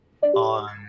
on